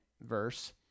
verse